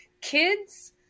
kids